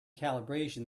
calibration